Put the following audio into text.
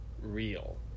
real